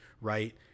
Right